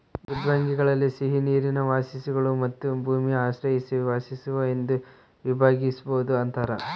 ಮೃದ್ವಂಗ್ವಿಗಳಲ್ಲಿ ಸಿಹಿನೀರಿನ ವಾಸಿಗಳು ಮತ್ತು ಭೂಮಿ ಆಶ್ರಯಿಸಿ ವಾಸಿಸುವ ಎಂದು ವಿಭಾಗಿಸ್ಬೋದು ಅಂತಾರ